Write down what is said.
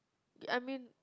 I mean